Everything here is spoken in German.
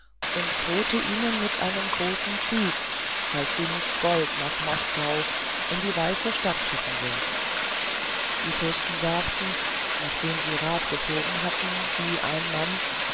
und drohte ihnen mit einem großen krieg falls sie nicht gold nach moskau in die weiße stadt schicken würden die fürsten sagten nachdem sie rat gepflogen hatten wie ein mann